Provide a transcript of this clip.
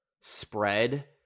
spread